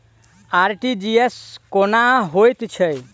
RTGS कोना होइत छै?